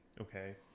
Okay